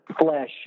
flesh